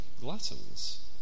gluttons